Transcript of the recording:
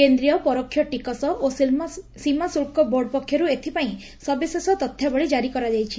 କେନ୍ଦୀୟ ପରୋକ୍ଷ ଟିକସ ଓ ସୀମାଶୁଲ୍କ ବୋର୍ଡ ପକ୍ଷରୁ ଏଥିପାଇଁ ସବିଶେଷ ତଥ୍ୟାବଳୀ ଜାରି କରାଯାଇଛି